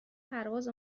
پرواز